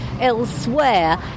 elsewhere